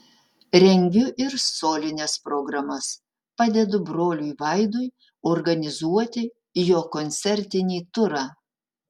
rengiu ir solines programas padedu broliui vaidui organizuoti jo koncertinį turą